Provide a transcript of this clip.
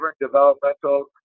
developmental